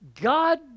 God